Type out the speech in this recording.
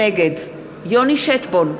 נגד יוני שטבון,